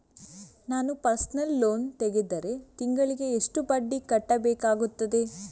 ನಾನು personal loan ತೆಗೆದರೆ ತಿಂಗಳಿಗೆ ಎಷ್ಟು ಬಡ್ಡಿ ಕಟ್ಟಬೇಕಾಗುತ್ತದೆ?